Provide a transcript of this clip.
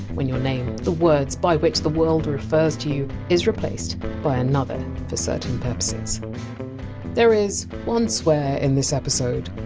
when your name, the words by which the world refers to you, is replaced by another for certain purposes there is one swear in this episode,